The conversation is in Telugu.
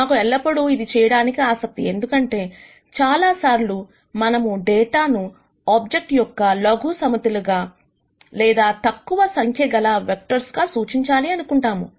మాకు ఎల్లప్పుడూ ఇది చేయడానికి ఆసక్తి ఎందుకంటే చాలాసార్లు మనము డేటాను ఆబ్జెక్ట్ యొక్క లఘు సమితిలుగా లేదా తక్కువ సంఖ్య గల వెక్టర్స్ గా సూచించాలి అనుకుంటాము